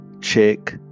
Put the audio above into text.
check